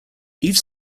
each